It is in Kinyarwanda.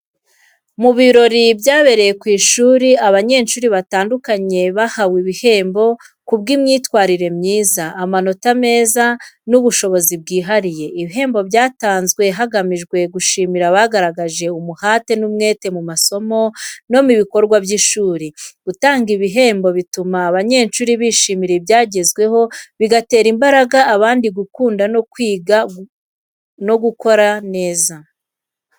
Mu birori byabereye ku ishuri, abanyeshuri batandukanye bahawe ibihembo ku bw’imyitwarire myiza, amanota meza n’ubushobozi bwihariye. Ibihembo byatanzwe hagamijwe gushimira abagaragaje umuhate n’umwete mu masomo no mu bikorwa by’ishuri. Gutanga ibihembo bituma abanyeshuri bishimira ibyo bagezeho, bigatera imbaraga abandi gukunda kwiga no gukora neza.